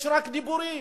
יש רק דיבורים.